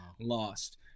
lost